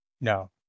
No